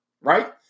Right